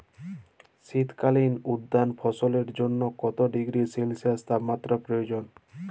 শীত কালীন উদ্যান ফসলের জন্য কত ডিগ্রী সেলসিয়াস তাপমাত্রা প্রয়োজন?